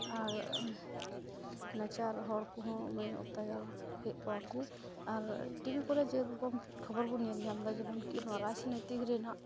ᱟᱨ ᱱᱟᱪᱟᱨ ᱦᱚᱲᱠᱚ ᱦᱚᱸ ᱢᱟᱱᱮ ᱚᱛᱛᱟᱪᱟᱨᱮᱫ ᱠᱚᱣᱟᱠᱚ ᱟᱨ ᱴᱤᱵᱷᱤ ᱠᱚᱨᱮ ᱡᱮᱨᱚᱠᱚᱢ ᱠᱷᱚᱵᱚᱨᱵᱚᱱ ᱧᱮᱞ ᱧᱟᱢᱮᱫᱟ ᱡᱮᱢᱚᱱ ᱱᱚᱣᱟ ᱨᱟᱡᱽᱱᱳᱭᱛᱤᱠ ᱨᱮᱱᱟᱜ